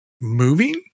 moving